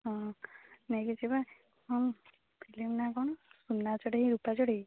ହଁ ନେଇକି ଯିବା କ'ଣ ଫିଲିମ୍ ନା କ'ଣ ସୁନା ଚଢ଼େଇ ରୂପା ଚଢ଼େଇ